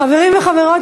חברים וחברות,